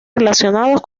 relacionados